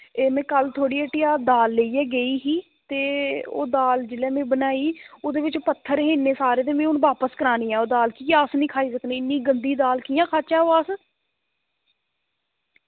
एह् में कल थुआढ़ी हट्टिया दाल लेइयै गेई ही ते ओह् दाल जिल्लै मैं बनाई उ'दे बिच पत्थर हे इन्ने सारे ते में हु'न बापस करानी ऐ ओह् दाल कि अस नी खाई सकने इन्नी गंदी दाल कि'यां खाह्चै ओह् अस